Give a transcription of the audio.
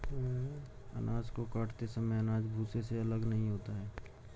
अनाज को काटते समय अनाज भूसे से अलग नहीं होता है